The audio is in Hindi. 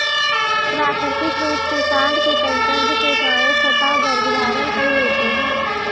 प्राकृतिक रूप से साँड के संसर्ग से गायें स्वतः गर्भधारण कर लेती हैं